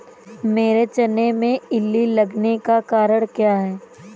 मेरे चने में इल्ली लगने का कारण क्या है?